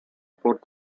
port